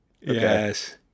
Yes